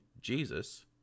Jesus